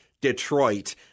Detroit